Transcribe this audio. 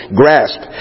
grasp